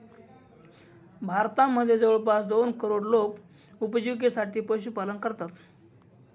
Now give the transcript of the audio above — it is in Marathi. भारतामध्ये जवळपास दोन करोड लोक उपजिविकेसाठी पशुपालन करतात